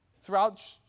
throughout